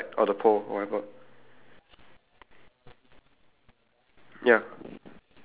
oh wait no wa~ okay wait wait wait you describe your science fair again the the flag or the pole or whatever